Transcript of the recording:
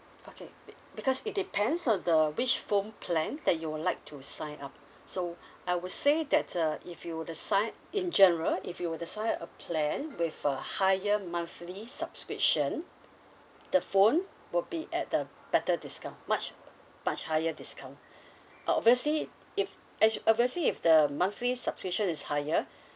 okay be~ because it depends on the which phone plan that you would like to sign up so I would say that uh if you were to sign in general if you were to sign a plan with a higher monthly subscription the phone will be at a better discount much much higher discount o~ obviously if ash~ obviously if the monthly subscription is higher